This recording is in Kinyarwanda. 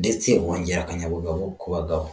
ndetse wongera akanyabugabo ku bagabo.